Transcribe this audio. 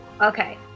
okay